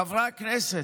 חברי הכנסת,